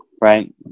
right